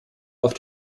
auf